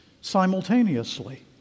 simultaneously